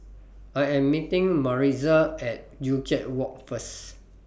I Am meeting Maritza At Joo Chiat Walk First